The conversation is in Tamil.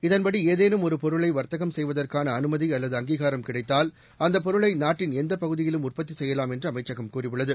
இதன்படி ஏதேனும் ஒரு பொருளை வர்த்தகம் செய்வதற்காள அனுமதி அல்லது அங்கீகாரம் கிடைத்தால் அந்தப் பொருளை நாட்டின் எந்தப் பகுதியிலும் உற்பத்தி செய்யலாம் என்று அமைச்சகம் கூறியுள்ளது